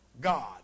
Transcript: God